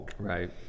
Right